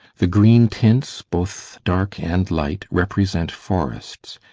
the green tints, both dark and light, represent forests.